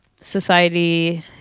society